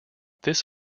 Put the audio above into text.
this